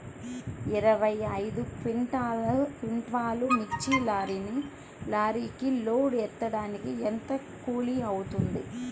ఇరవై ఐదు క్వింటాల్లు మిర్చి లారీకి లోడ్ ఎత్తడానికి ఎంత కూలి అవుతుంది?